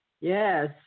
yes